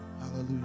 hallelujah